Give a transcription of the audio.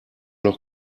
doch